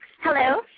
Hello